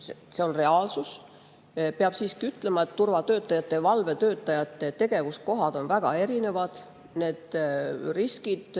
see on reaalsus. Peab siiski ütlema, et turvatöötajate ja valvetöötajate tegevuskohad on väga erinevad. Need riskid